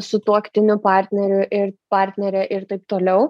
sutuoktiniu partneriu ir partnere ir taip toliau